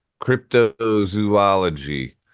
cryptozoology